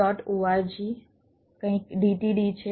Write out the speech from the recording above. org કંઈક DTD છે